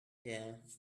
yes